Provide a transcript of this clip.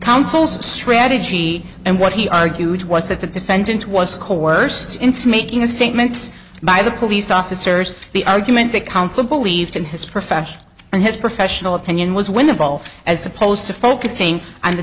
council strategy and what he argued was that the defendant was coerced into making a statement by the police officers the argument that consul believed in his profession and his professional opinion was winnable as opposed to focusing on the